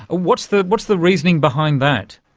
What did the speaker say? ah what's the what's the reasoning behind that?